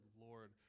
Lord